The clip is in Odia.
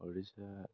ଓଡ଼ିଶା